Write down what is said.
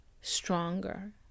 stronger